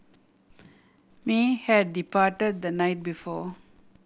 may had departed the night before